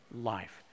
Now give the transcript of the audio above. life